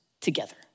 together